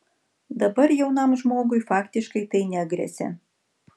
dabar jaunam žmogui faktiškai tai negresia